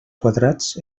quadrats